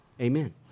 Amen